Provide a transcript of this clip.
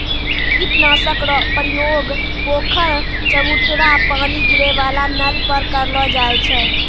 कीट नाशक रो उपयोग पोखर, चवुटरा पानी गिरै वाला नल पर करलो जाय छै